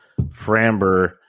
Framber